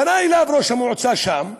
פנה אליו ראש המועצה שם,